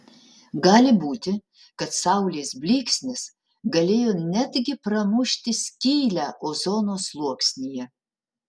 gali būti kad saulės blyksnis galėjo net gi pramušti skylę ozono sluoksnyje